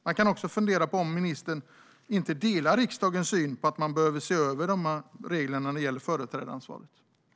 Man kan också fundera på huruvida ministern delar riksdagens uppfattning att reglerna när det gäller företrädaransvaret behöver ses över.